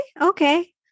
okay